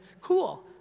Cool